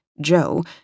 Joe